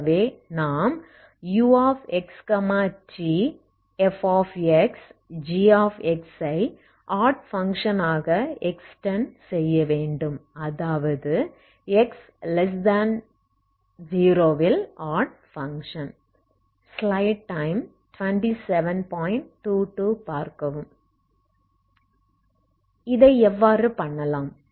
ஆகவே நாம் uxt fx gஐ ஆட் பங்க்ஷன் ஆக எக்ஸ்டெண்ட் செய்ய வேண்டும் அதாவது x0 ல் ஆட் பங்க்ஷன் இதை எவ்வாறு பண்ணலாம்